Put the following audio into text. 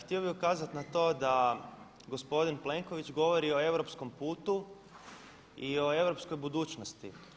Htio bi ukazati na to da gospodin Plenković govori o europskom putu i o europskoj budućnosti.